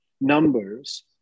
numbers